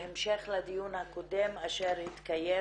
בהמשך לדיון הקודם שהתקיים